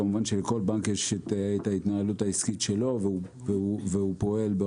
כמובן שלכל בנק יש את ההתנהלות העסקית שלו והוא מנהל את